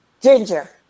Ginger